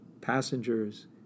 passengers